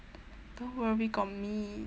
don't worry got me